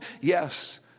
yes